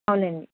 అవునండి